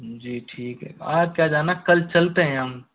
जी ठीक है आज क्या जाना कल चलते हैं हम